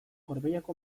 gorbeiako